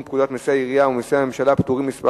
פקודת מסי העירייה ומסי הממשלה (פטורין) (מס'